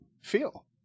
feel